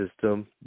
system